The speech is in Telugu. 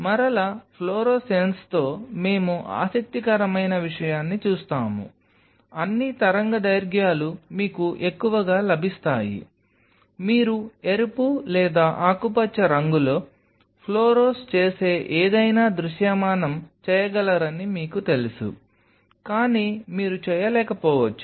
మరలా ఫ్లోరోసెన్స్తో మేము ఆసక్తికరమైన విషయాన్ని చూస్తాము అన్ని తరంగదైర్ఘ్యాలు మీకు ఎక్కువగా లభిస్తాయి మీరు ఎరుపు లేదా ఆకుపచ్చ రంగులో ఫ్లోరోస్ చేసే ఏదైనా దృశ్యమానం చేయగలరని మీకు తెలుసు కానీ మీరు చేయలేకపోవచ్చు